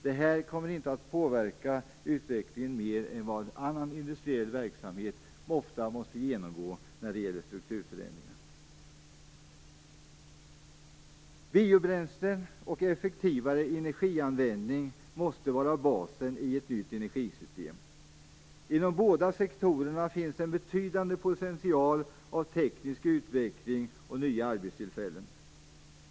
Det kommer inte att påverka utvecklingen mer än vad annan industriell verksamhet ofta måste genomgå när det gäller strukturförändringar. Biobränslen och effektivare energianvändning måste vara basen i ett nytt energisystem. I de båda sektorerna finns en betydande potential av teknisk utveckling och nya arbetstillfällen.